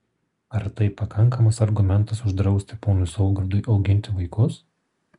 ar tai pakankamas argumentas uždrausti ponui saugirdui auginti vaikus